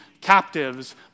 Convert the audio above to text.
captives